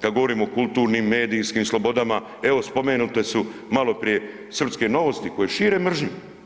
kad govorimo o kulturnim, medijskim slobodama, evo spomenute su maloprije srpske „Novosti“ koje šire mržnju.